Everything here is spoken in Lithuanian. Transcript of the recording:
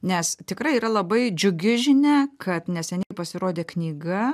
nes tikrai yra labai džiugi žinia kad neseniai pasirodė knyga